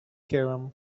cairum